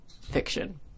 fiction